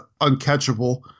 uncatchable